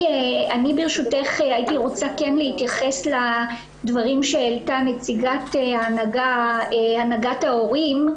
ברשותך הייתי רוצה כן להתייחס לדברים שהעלתה נציגת הנהגת ההורים,